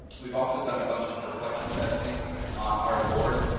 we've also done a bunch of deflection testing on our board,